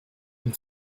and